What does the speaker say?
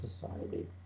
society